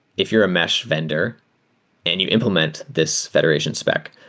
if you're ah mesh vendor and you imp lement this federation spec,